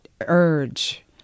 urge